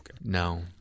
No